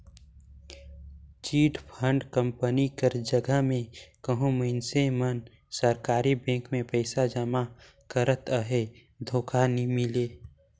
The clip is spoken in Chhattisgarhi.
चिटफंड कंपनी कर जगहा में कहों मइनसे मन सरकारी बेंक में पइसा जमा करत अहें धोखा नी मिले